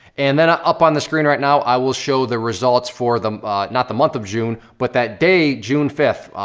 and then ah up on the screen right now, i will show the results for, not the month of june, but that day, june fifth,